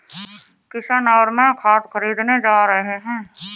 किशन और मैं खाद खरीदने जा रहे हैं